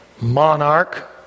monarch